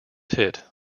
hit